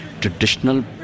traditional